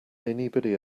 anybody